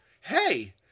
hey